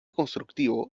constructivo